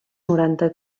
noranta